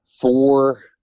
four